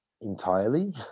entirely